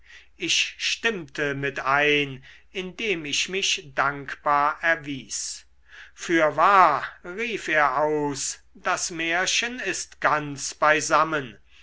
ich stimmte mit ein indem ich mich dankbar erwies fürwahr rief er aus das märchen ist ganz beisammen